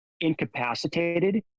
incapacitated